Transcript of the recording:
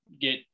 get